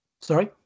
Sorry